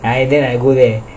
I there I go there